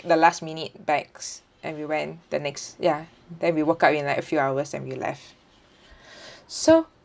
the last minute bags and we went the next ya then we woke up in like a few hours and we left so